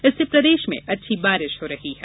इससे प्रदेष में अच्छी बारिष हो रही है